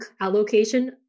allocation